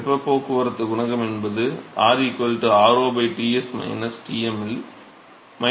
வெப்பப் போக்குவரத்து குணகம் என்பது r r0 Ts Tm யில் kdT dr ஆகும்